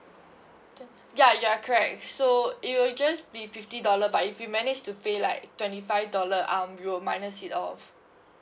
then ya ya correct so it will just be fifty dollar but if you manage to pay like twenty five dollar um we'll minus it off